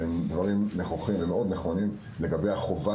שהם דברים נכוחים ומאוד נכונים לגבי החובה